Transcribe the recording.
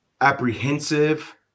apprehensive